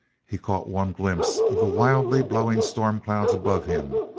he caught one glimpse of the wildly blowing storm-clouds above him,